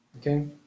Okay